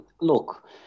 Look